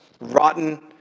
rotten